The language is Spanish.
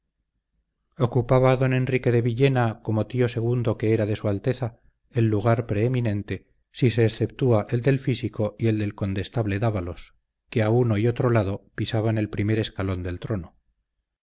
ocupaba don enrique de villena como tío segundo que era de su alteza el lugar preeminente si se exceptúa el del físico y el del condestable dávalos que a uno y otro lado pisaban el primer escalón del trono